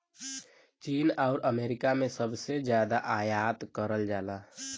चीन आउर अमेरिका से सबसे जादा आयात करल जाला